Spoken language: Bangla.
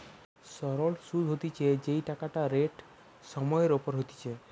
সরল সুধ হতিছে যেই টাকাটা রেট সময় এর ওপর হতিছে